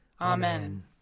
Amen